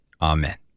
Amen